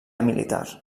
militar